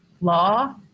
Law